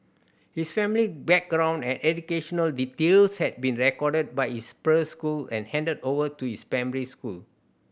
his family background and educational details had been recorded by his preschool and handed over to his primary school